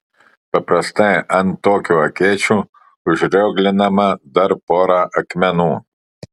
paprastai ant tokių akėčių užrioglinama dar pora akmenų